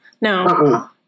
No